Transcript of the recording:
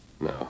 No